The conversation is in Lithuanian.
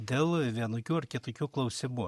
dėl vienokių ar kitokių klausimų